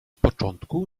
początku